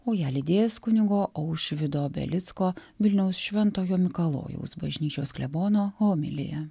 o ją lydės kunigo aušvydo belicko vilniaus šventojo mikalojaus bažnyčios klebono homilija